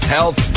Health